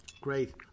great